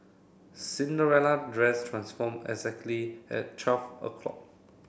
Cinderella dress transformed exactly at twelve o'clock